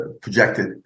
projected